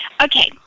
Okay